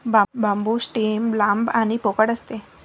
बांबू stem लांब आणि पोकळ असते